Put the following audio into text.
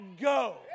go